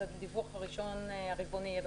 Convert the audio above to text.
אז הדיווח הרבעוני יהיה בסוף אפריל.